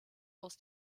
aus